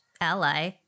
ally